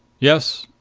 yes.